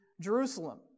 Jerusalem